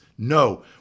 No